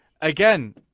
again